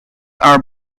are